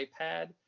iPad